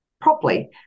Properly